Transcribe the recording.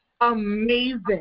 amazing